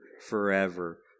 forever